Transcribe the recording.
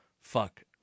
fuck